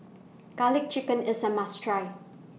Garlic Chicken IS A must Try